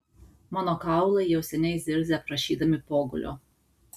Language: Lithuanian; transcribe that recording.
mano kaulai jau seniai zirzia prašydami pogulio